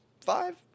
five